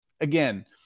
Again